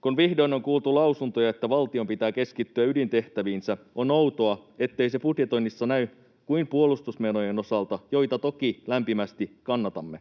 Kun vihdoin on kuultu lausuntoja, että valtion pitää keskittyä ydintehtäviinsä, on outoa, ettei se budjetoinnissa näy kuin puolustusmenojen osalta, joita toki lämpimästi kannatamme.